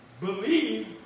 believe